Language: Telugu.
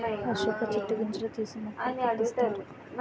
అశోక చెట్టు గింజలు తీసి మొక్కల పుట్టిస్తారు